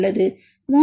மூன்றாவது இது E49G 3